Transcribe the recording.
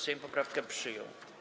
Sejm poprawkę przyjął.